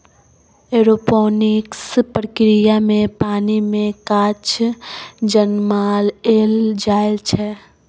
aeroponics प्रक्रिया मे पानि मे गाछ जनमाएल जाइ छै